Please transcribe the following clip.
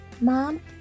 Mom